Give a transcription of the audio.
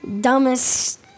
dumbest